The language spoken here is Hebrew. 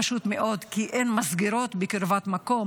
פשוט מאוד כי אין מסגרות בקרבת מקום